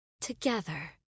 together